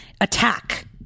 attack